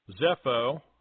Zepho